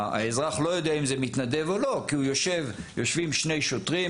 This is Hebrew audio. האזרח לא יודע אם זה מתנדב או לא כי יושבים שני שוטרים,